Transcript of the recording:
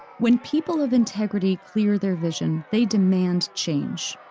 when people of integrity clear their vision, they demand change.